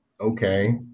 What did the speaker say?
Okay